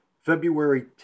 February